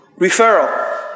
Referral